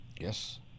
Yes